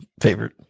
favorite